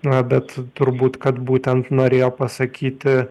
na bet turbūt kad būtent norėjo pasakyti